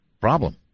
problem